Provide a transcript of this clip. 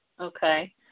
Okay